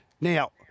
Now